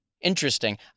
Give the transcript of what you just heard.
Interesting